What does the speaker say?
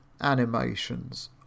animations